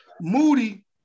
Moody